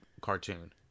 cartoon